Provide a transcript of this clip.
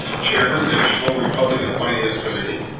chairman, national republican finance committee,